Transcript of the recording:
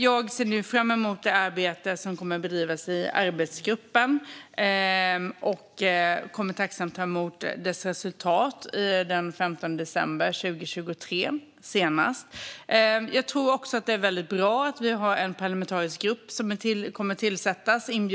Jag ser nu fram emot det arbete som kommer att bedrivas i arbetsgruppen, och jag kommer tacksamt att ta emot dess resultat senast den 15 december 2023. Jag tror också att det är väldigt bra att en parlamentarisk grupp kommer att tillsättas.